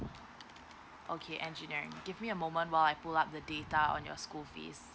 okay engineering give me a moment while I pull up the data on your school fees